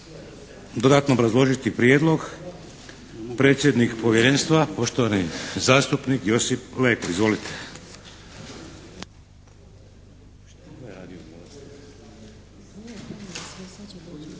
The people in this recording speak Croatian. dodatno obrazložiti prijedlog predsjednik povjerenstva poštovani zastupnik Josip Leko.